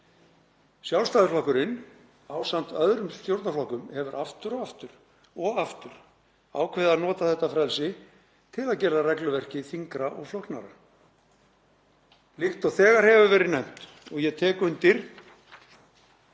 Sjálfstæðisflokkurinn ásamt öðrum stjórnarflokkum hefur aftur og aftur ákveðið að nota þetta frelsi til að gera regluverkið þyngra og flóknara. Líkt og þegar hefur verið nefnt, og ég tek undir,